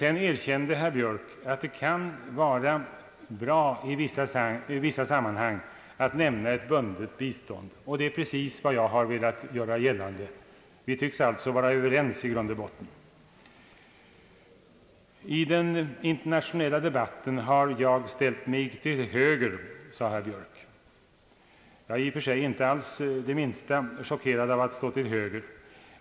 Sedan erkände herr Björk att det i vissa sammanhang kan vara bra att lämna ett bundet bistånd, och det är också precis vad jag har velat göra gällande. Vi tycks alltså vara överens i grund och botten. I den internationella debatten har jag ställt mig till höger, sade herr Björk. Jag är i och för sig inte det minsta generad över att stå till höger.